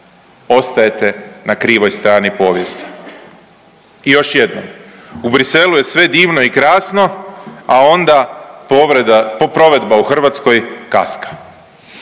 ostajete na krivoj strani povijesti. I još jednom, u Bruxellesu je sve divno i krasno, a onda povreda, provedba u Hrvatskoj kaska.